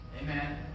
Amen